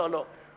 לא, לא.